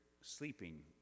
sleeping